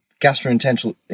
gastrointestinal